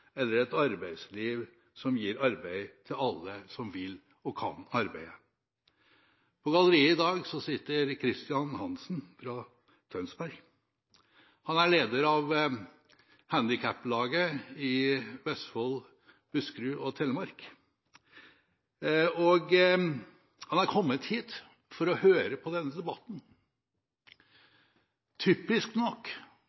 eller et arbeidsliv som gir arbeid til alle som vil og kan arbeide. På galleriet i dag sitter Kristian Hansen fra Tønsberg. Han er leder av handikapforbundet i Vestfold, Buskerud og Telemark, og han har kommet hit for å høre på denne